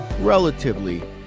relatively